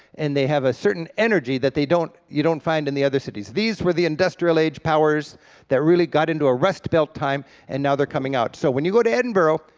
and they have a certain energy that they don't you don't find in the other cities. these were the industrial age powers that really got into a rust belt time and now they're coming out. so when you go to edinburgh,